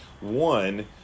One